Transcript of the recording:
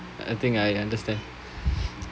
I think I understand